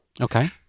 okay